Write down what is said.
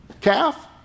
Calf